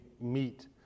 meet